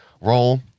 roll